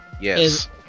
yes